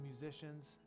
musicians